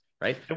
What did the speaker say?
right